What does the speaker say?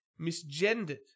misgendered